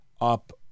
up